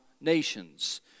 nations